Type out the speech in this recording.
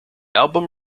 album